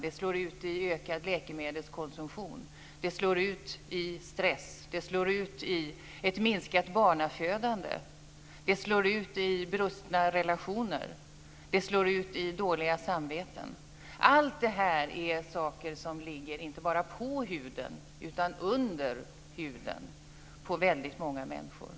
Det slår ut i ökad läkemedelskonsumtion. Det slår ut i stress. Det slår ut i ett minskat barnafödande. Det slår ut i brustna relationer. Det slår ut i dåliga samveten. Allt det här är saker som inte bara ligger på huden utan också under huden på väldigt många människor.